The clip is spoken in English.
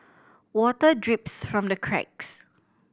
water drips from the cracks